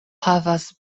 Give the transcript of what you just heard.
havas